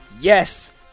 Yes